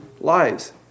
lives